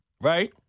right